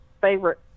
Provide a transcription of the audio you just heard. favorite